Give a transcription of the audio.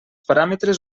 paràmetres